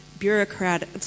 bureaucratic